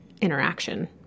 interaction